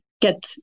get